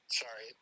sorry